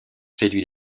séduit